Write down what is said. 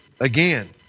again